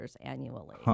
annually